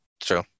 True